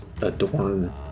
adorn